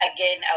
Again